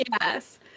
yes